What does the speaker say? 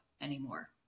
anymore